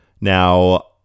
Now